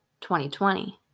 2020